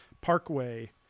parkway